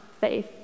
faith